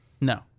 No